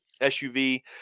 SUV